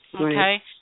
okay